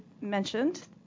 mentioned